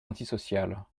antisociale